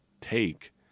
take